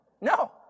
No